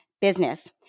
business